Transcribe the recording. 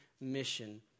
mission